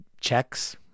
checks